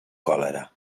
còlera